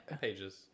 Pages